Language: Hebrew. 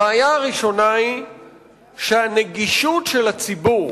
הבעיה הראשונה היא שהנגישות של הציבור